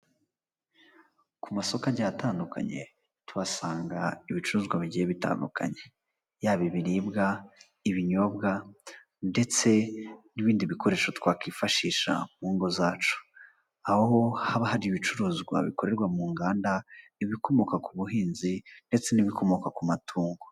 Ku masoko agiye atandukanye tuhasanga ibicuruzwa bigiye bitandukanye yaba ibiribwa, ibinyobwa ndetse n'ibindi bikoresho twakwifashisha mu ngo zacu, aho haba hari ibicuruzwa bikorerwa mu nganda, ibikomoka ku buhinzi ndetse n'ibikomoka ku matungo.